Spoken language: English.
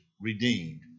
redeemed